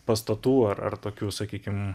pastatų ar ar tokių sakykim